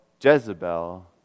Jezebel